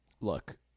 look